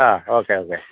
ആ okay okay